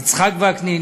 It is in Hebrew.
יצחק וקנין,